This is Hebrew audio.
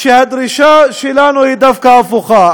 שהדרישה שלנו היא דווקא הפוכה.